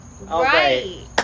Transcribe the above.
Right